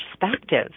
perspective